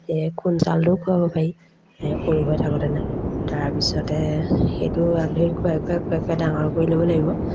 সেই খুদ চাউলো খুৱাব পাৰি এই সৰু হৈ থাকোঁতেনে তাৰপিছতে সেইটো আগধৰি খুৱাই খুৱাই খুৱাই খুৱাই ডাঙৰ কৰি ল'ব লাগিব